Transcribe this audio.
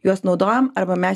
juos naudojam arba mes